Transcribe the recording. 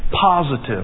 positive